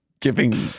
giving